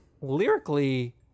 Lyrically